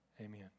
amen